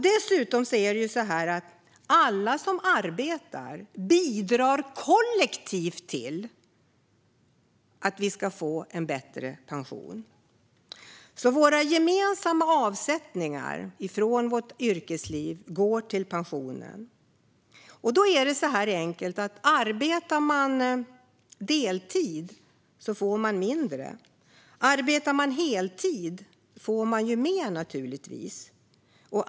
Dessutom bidrar alla som arbetar kollektivt till att vi får bättre pension. Våra gemensamma avsättningar från vårt yrkesliv går till pensionen. Det är så enkelt att arbetar man deltid får man mindre. Arbetar man heltid får man naturligtvis mer.